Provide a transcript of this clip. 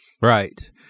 Right